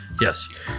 Yes